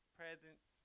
presence